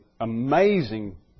amazing